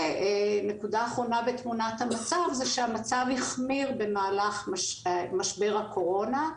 נקודה אחרונה בתמונת המצב היא שהמצב החמיר במהלך משבר הקורונה.